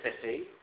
city